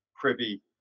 privy